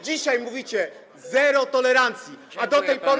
Dzisiaj mówicie: zero tolerancji, a do tej pory.